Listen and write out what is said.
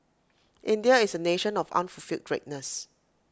India is A nation of unfulfilled greatness